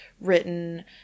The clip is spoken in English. written